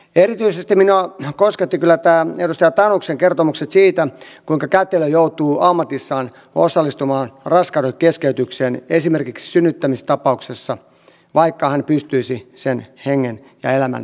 erityisesti minua koskettivat kyllä nämä edustaja tanuksen kertomukset siitä kuinka kätilö joutuu ammatissaan osallistumaan raskaudenkeskeytykseen esimerkiksi synnyttämistapauksessa vaikka hän pystyisi sen hengen ja elämän pelastamaan